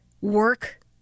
work